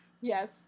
yes